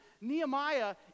Nehemiah